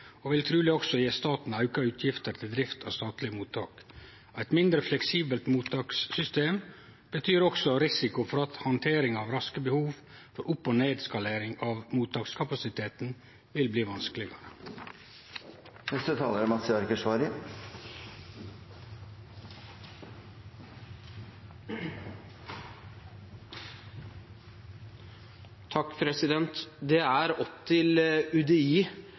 og vil truleg også gje staten auka utgifter til drift av statlege mottak. Eit mindre fleksibelt mottakssystem betyr også risiko for at handteringa av raske behov for opp- og nedskalering av mottakskapasiteten vil bli vanskelegare. Det er opp til UDI